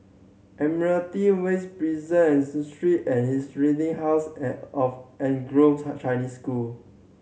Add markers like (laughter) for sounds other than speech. Admiralty West Prison (unintelligible) Street and Historic House and of Anglo (unintelligible) Chinese School